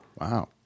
Wow